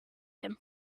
him